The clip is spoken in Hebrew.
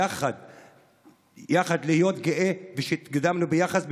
יחד נהיה גאים שהתקדמנו ביחס,